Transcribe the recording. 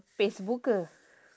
facebook